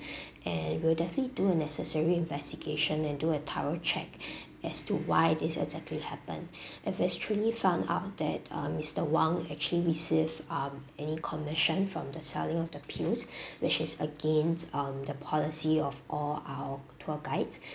and we'll definitely do a necessary investigation and do a thorough check as to why this exactly happened if it's truly found out that uh mister wang actually received um any commission from the selling of the pills which is against um the policy of all our tour guides